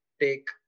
take